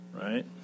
right